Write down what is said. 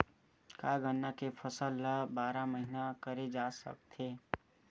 का गन्ना के फसल ल बारह महीन करे जा सकथे?